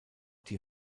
die